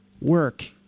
work